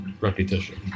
repetition